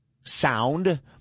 sound